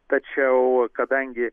tačiau kadangi